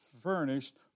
furnished